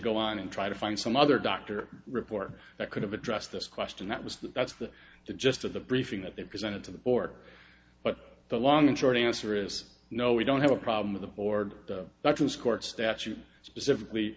go on and try to find some other doctor report that could have addressed this question that was the that's the gist of the briefing that they presented to the board but the long and short answer is no we don't have a problem with the board actions court statute specifically